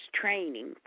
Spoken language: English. training